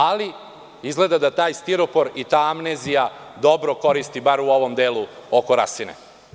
Ali, izgleda da stiropor i ta amnezija dobro koristi, bar u ovom delu oko Rasine.